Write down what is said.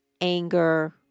anger